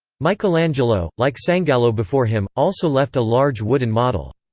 michelangelo, like sangallo before him, also left a large wooden model.